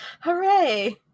Hooray